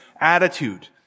attitude